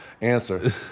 answer